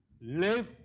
live